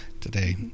today